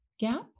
Gap